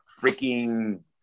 freaking